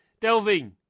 Delving